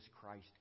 Christ